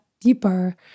deeper